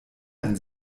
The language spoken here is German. ein